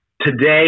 today